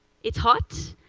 it's hot,